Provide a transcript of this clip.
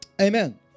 Amen